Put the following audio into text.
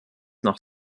noch